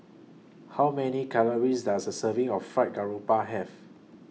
How Many Calories Does A Serving of Fried Garoupa Have